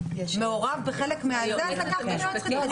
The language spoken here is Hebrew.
מעורב בחלק מזה אז לקחתם יועצת משפטית?